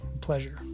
Pleasure